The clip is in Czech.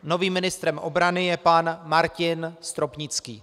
Novým ministrem obrany je pan Martin Stropnický.